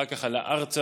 אחר כך עלה ארצה.